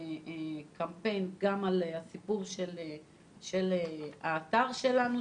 קמפיין על האתר שלנו,